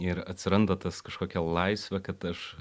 ir atsiranda tas kažkokia laisvė kad aš